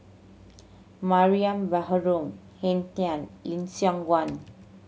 Mariam Baharom Henn Tan Lim Siong Guan